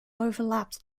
overlapped